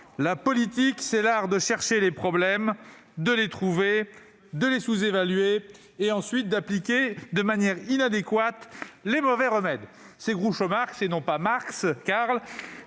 La politique, c'est l'art de chercher les problèmes, de les trouver, de les sous-évaluer et ensuite d'appliquer de manière inadéquate les mauvais remèdes. » Il s'agit, bien